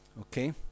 Okay